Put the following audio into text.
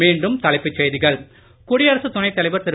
மீண்டும் தலைப்புச் செய்திகள் குடியரசுத் துணைத் தலைவர் திரு